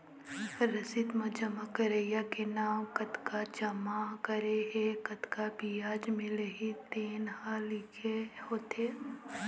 रसीद म जमा करइया के नांव, कतका जमा करे हे, कतका बियाज मिलही तेन ह लिखे होथे